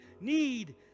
need